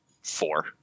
four